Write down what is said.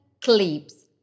clips